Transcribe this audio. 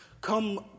come